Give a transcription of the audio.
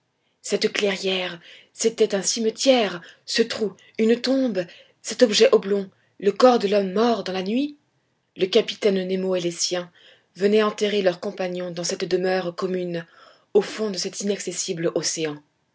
cette clairière c'était un cimetière ce trou une tombe cet objet oblong le corps de l'homme mort dans la nuit le capitaine nemo et les siens venaient enterrer leur compagnon dans cette demeure commune au fond de cet inaccessible océan